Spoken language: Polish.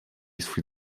swój